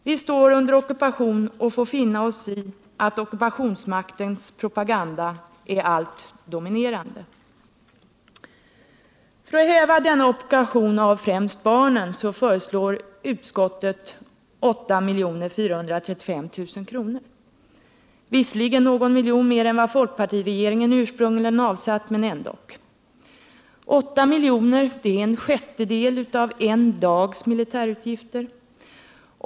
Vi står under ockupation och får finna oss i att ockupationsmaktens propaganda är den allt dominerande.” För att häva denna ockupation av främst barnen föreslår utskottet ett anslag om 8435 000 kr. Visserligen är det någon miljon mer än vad fp-regeringen ursprungligen avsatt, men ändock. Åtta miljoner är en sjättedel av en dags militärutgifter.